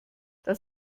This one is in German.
das